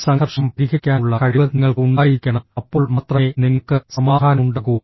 ഈ സംഘർഷം പരിഹരിക്കാനുള്ള കഴിവ് നിങ്ങൾക്ക് ഉണ്ടായിരിക്കണം അപ്പോൾ മാത്രമേ നിങ്ങൾക്ക് സമാധാനമുണ്ടാകൂ